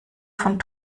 von